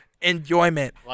Enjoyment